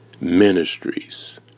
ministries